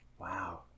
Wow